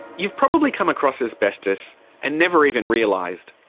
you've probably come across asbestos and never even realised.